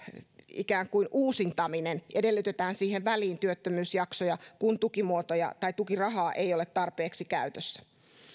ikään kuin uusintaminen edellytetään siihen väliin työttömyysjaksoja kun tukirahaa ei ole tarpeeksi käytössä